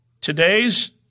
today's